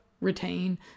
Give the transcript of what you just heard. retain